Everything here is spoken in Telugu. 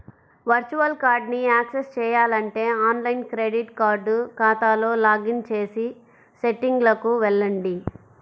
వర్చువల్ కార్డ్ని యాక్సెస్ చేయాలంటే ఆన్లైన్ క్రెడిట్ కార్డ్ ఖాతాకు లాగిన్ చేసి సెట్టింగ్లకు వెళ్లండి